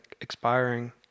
expiring